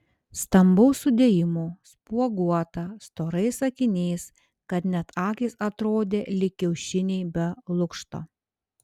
stambaus sudėjimo spuoguota storais akiniais kad net akys atrodė lyg kiaušiniai be lukšto